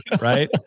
right